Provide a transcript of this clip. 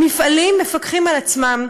המפעלים מפקחים על עצמם,